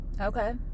Okay